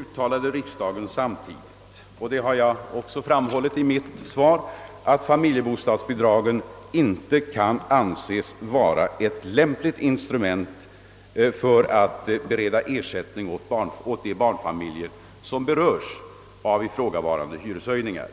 uttalade riksdagen också — det har jag också framhållit i mitt svar — att familjebostadsbidraget inte kan anses vara ett lämpligt instrument för att bereda ersättning åt de barnfamiljer som berörs av ifrågavarande hyreshöjningar.